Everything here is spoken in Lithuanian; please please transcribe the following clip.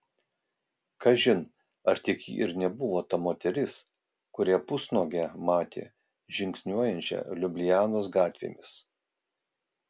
kažin ar tik ji ir nebuvo ta moteris kurią pusnuogę matė žingsniuojančią liublianos gatvėmis